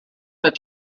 but